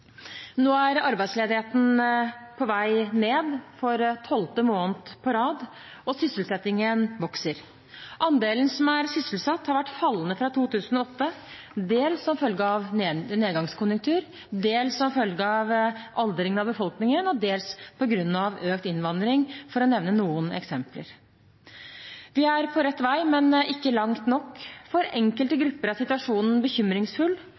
Nå er arbeidsledigheten på vei ned for tolvte måned på rad, og sysselsettingen vokser. Andelen som er sysselsatt, har vært fallende fra 2008, dels som følge av nedgangskonjunktur, dels som følge av aldringen av befolkningen og dels på grunn av økt innvandring, for å nevne noen eksempler. Vi er på rett vei, men ikke langt nok. For enkelte grupper er situasjonen bekymringsfull,